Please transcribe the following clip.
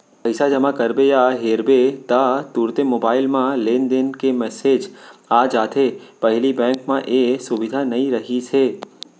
पइसा जमा करबे या हेरबे ता तुरते मोबईल म लेनदेन के मेसेज आ जाथे पहिली बेंक म ए सुबिधा नई रहिस हे